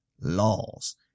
laws